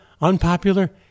unpopular